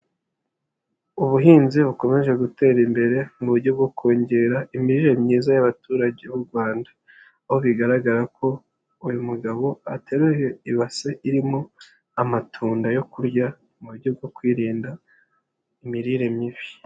Ubuhinzi bukomeje gutera imbere mu buryo bwo kongera imirire myiza y'abaturage b'u Rwanda, aho bigaragara ko uyu mugabo ateruye ibase irimo amatunda yo kurya mu buryo bwo kwirinda imirire mibi.